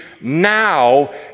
now